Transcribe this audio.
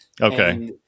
Okay